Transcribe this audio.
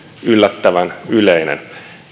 yllättävän yleinen